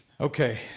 Okay